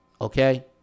okay